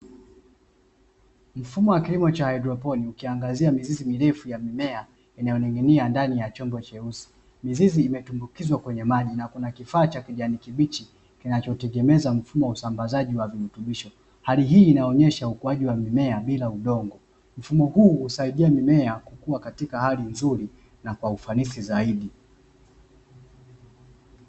Mfumo wa kilimo cha haidroponi ukiangazia mizizi mirefu ya mimea inayoning'inia ndani ya chombo cheusi mizizi imetumbukizwa kwenye maji na kuna kifaa cha kijani kibichi kinachotengeneza mfumo wa usambazaji wa virutubisho. Hali hii inaonyesha ukuaji wa mimea bila udongo, mfumo huu husaidia mimea kukua katika hali nzuri na kwa ufanisi zaidi.